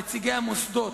נציגי המוסדות.